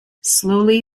slowly